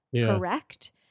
correct